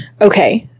Okay